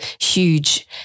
huge